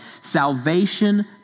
Salvation